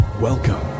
Welcome